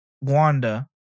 Wanda